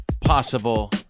possible